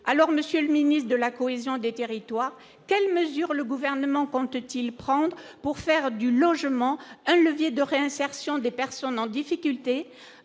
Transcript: alors Monsieur le ministre de la cohésion des territoires, quelles mesures le gouvernement compte-t-il prendre pour faire du logement un levier de réinsertion des personnes en difficulté